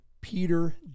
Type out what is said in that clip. Peter